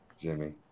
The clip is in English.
Jimmy